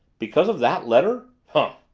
because of that letter? humph!